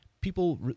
People